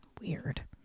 Weird